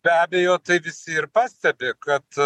be abejo tai visi ir pastebi kad